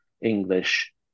English